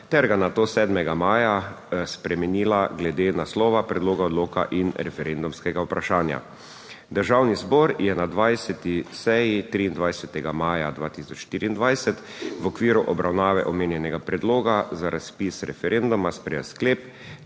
ter ga nato 7. maja spremenila glede naslova predloga odloka in referendumskega vprašanja. Državni zbor je na 20. seji 23. maja 2024 v okviru obravnave omenjenega predloga za razpis referenduma sprejel sklep,